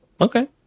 Okay